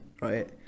right